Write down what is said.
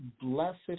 blessed